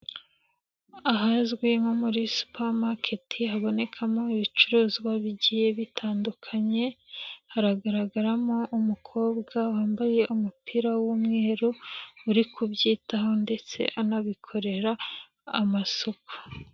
Ahazwi nko muri supa maketi habonekamo ibicuruzwa bigiye bitandukanye hagaragaramo umukobwa wambaye umupira w'umweru, uri kubyitaho ndetse anabikorera amasuku.